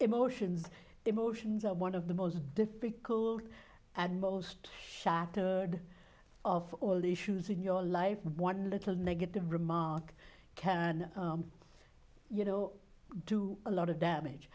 emotions emotions are one of the most difficult and most shattered of all the issues in your life one little negative remark can you know do a lot of damage